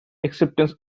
acceptance